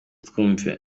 twumva